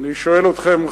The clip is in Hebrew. אני שואל אתכם,